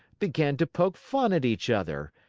began to poke fun at each other,